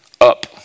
up